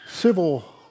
civil